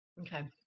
Okay